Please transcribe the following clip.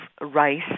rice